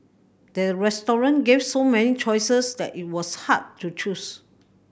the restaurant gave so many choices that it was hard to choose